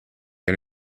and